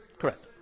Correct